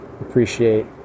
Appreciate